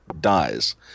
dies